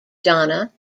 donna